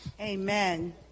Amen